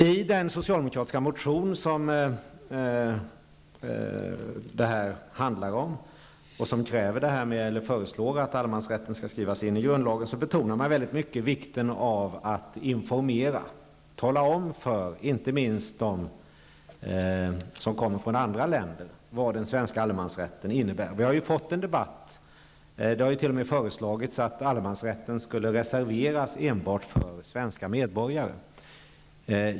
I den socialdemokratiska motionen, där det föreslås att allemansrätten skall skrivas in i grundlagen, betonas väldigt mycket vikten av att informera, att tala om för inte minst dem som kommer från andra länder vad den svenska allemansrätten innebär. Vi har ju fått en debatt om detta, och det har t.o.m. föreslagits att allemansrätten skulle reserveras enbart för svenska medborgare.